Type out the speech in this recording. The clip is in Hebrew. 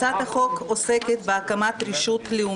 להעביר את הדיון על הצעת חוק הרשות למאבק